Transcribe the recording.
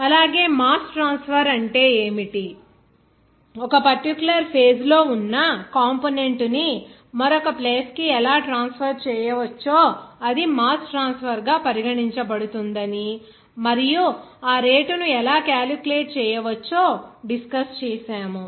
అలాగే mass transfer అంటే ఏమిటి ఒక పర్టిక్యూలర్ ఫేజ్ లో ఉన్న ఒక కంపోనెంట్ ని మరొక ప్లేస్ కి ఎలా ట్రాన్స్ఫర్ చేయవచ్చో అది మాస్ ట్రాన్స్ఫర్ గా పరిగణించబడుతుందని మరియు ఆ రేటు ను ఎలా క్యాలిక్యులేట్ చేయవచ్చో డిస్కస్ చేసాము